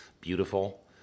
beautiful